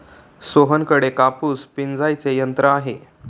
सोहनकडे कापूस पिंजायचे यंत्र आहे